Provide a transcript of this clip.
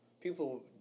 people